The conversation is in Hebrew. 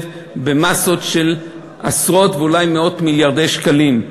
במאסות של עשרות ואולי מאות מיליארדי שקלים,